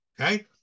okay